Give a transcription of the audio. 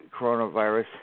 coronavirus